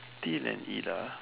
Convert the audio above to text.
peel and eat ah